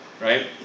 right